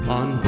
on